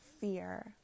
fear